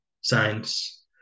science